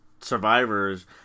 Survivors